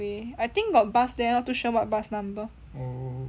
I think got bus there not too sure what bus number